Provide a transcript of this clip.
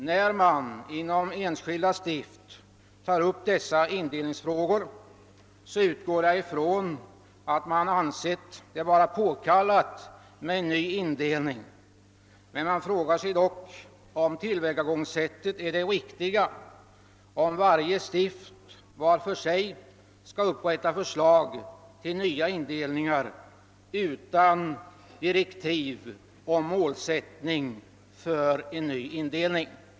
När man tar upp dessa indelningsfrågor i enskilda stift utgår jag från att man ansett det påkallat med en ny indelning, men man frågar sig om tillvägagångssättet är det riktiga och om varje stift var för sig skall upprätta förslag till ny indelning utan några direktiv om målsättningen för en sådan indelning.